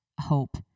hope